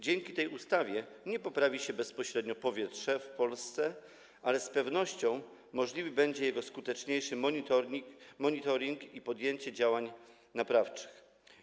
Dzięki tej ustawie nie poprawi się bezpośrednio powietrze w Polsce, ale z pewnością możliwy będzie jego skuteczniejszy monitoring i podjęcie działań naprawczych.